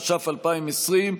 התש"ף 2020,